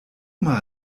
mal